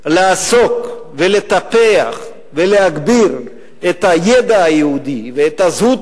לעשות ולטפח ולהגביר את הידע היהודי ואת הזהות